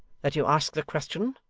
that you ask the question